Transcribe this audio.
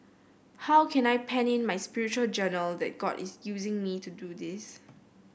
how can I pen in my spiritual journal that God is using me to do this